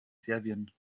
serbien